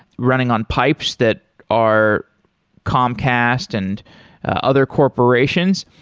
running on pipes that are comcast and other corporations.